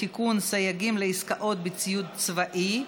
אני קובעת כי הצעת חוק זכויות החולה (תיקון,